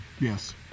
Yes